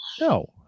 No